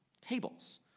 tables